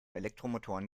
elektromotoren